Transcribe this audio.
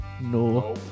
No